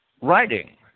writing